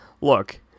look